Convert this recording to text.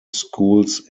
schools